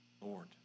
Lord